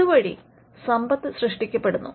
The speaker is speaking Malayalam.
അതുവഴി സമ്പത്ത് സൃഷ്ടിക്കപ്പെടുന്നു